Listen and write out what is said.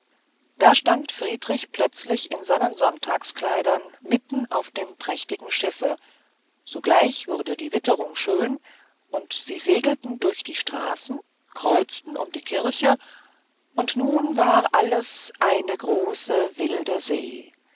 da stand friedrich plötzlich in seinen sonntagskleidern mitten auf dem prächtigen schiffe sogleich wurde die witterung schön und sie segelten durch die straßen kreuzten um die kirche und nun war alles eine große wilde see